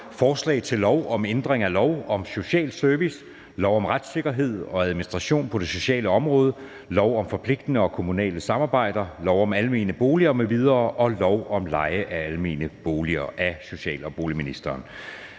Forslag til lov om ændring af lov om social service, lov om retssikkerhed og administration på det sociale område, lov om forpligtende kommunale samarbejder, lov om almene boliger m.v. og lov om leje af almene boliger. (Omlægning af indsatsen